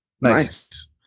Nice